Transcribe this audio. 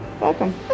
Welcome